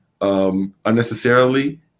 unnecessarily